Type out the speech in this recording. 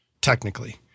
technically